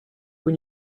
when